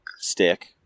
stick